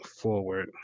forward